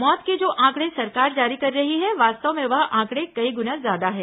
मौत के जो आंकड़े सरकार जारी कर रही है वास्तव में वह आंकड़े कई गुना ज्यादा है